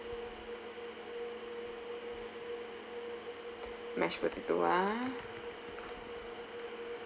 mashed potato ah